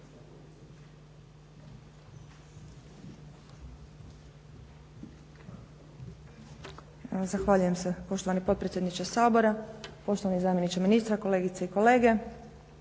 Zahvaljujem se poštovani potpredsjedniče Sabora. Poštovani zamjeniče ministra, kolegice i kolege.